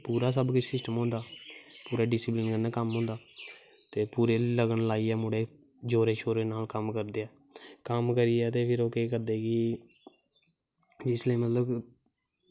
पूरा सब कुश सिस्टम होंदा पूरा डिसिपलन कन्नैं कम्म होंदा ते पूरे लगन लाईयै मुड़े जोरे शोरे कन्नै कम्म करदे कम्म करियै ते फिर ओह् केह् करदे कि जिसलै मतलव